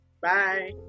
Bye